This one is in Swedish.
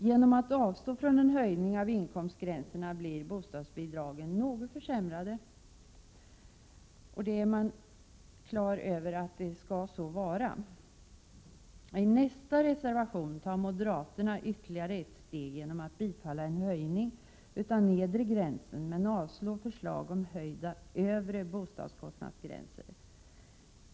Genom att avstå från en höjning av inkomstgränserna blir bostadsbidragen något försämrade, något som man också är medveten om. I reservation 7 tar moderaterna ytterligare ett steg genom att yrka bifall till en höjning av den nedre gränsen. Men man yrkar avslag på förslag om höjda övre bostadskostnader.